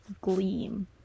gleam